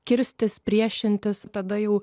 kirstis priešintis tada jau